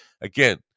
Again